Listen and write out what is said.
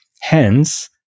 hence